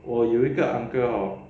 我有一个 uncle hor